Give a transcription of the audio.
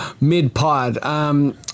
mid-pod